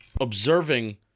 observing